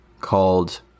called